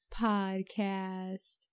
podcast